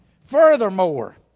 Furthermore